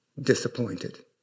disappointed